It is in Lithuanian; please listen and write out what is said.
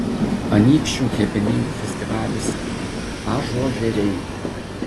anykščių hepeningų festivalis ažuožeriai